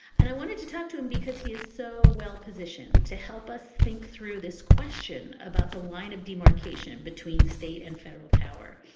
and i wanted to talk to him because he is so well positioned to help us think through this question about the line of demarcation between state and federal power.